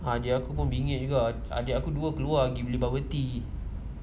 adik aku pun bingit juga adik aku dua keluar pergi beli bubble tea